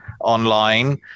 online